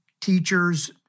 teachers